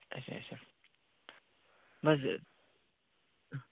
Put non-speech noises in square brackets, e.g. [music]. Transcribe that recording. اَچھا اَچھا [unintelligible]